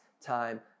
time